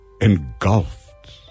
engulfed